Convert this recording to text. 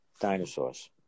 dinosaurs